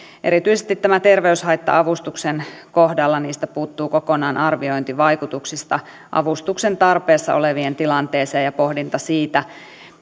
erityisesti terveyshaitta avustuksen kohdalla puuttuu kokonaan arviointi vaikutuksista avustusten tarpeessa olevien tilanteeseen ja pohdinta siitä